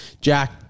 Jack